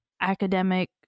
academic